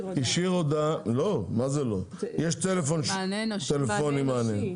יש טלפון עם מענה אנושי?